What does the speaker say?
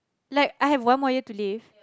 like I have one more year to live